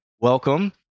Welcome